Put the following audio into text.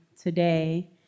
today